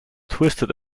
twisted